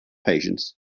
patience